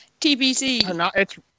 TBC